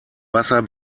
wasser